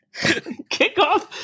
kickoff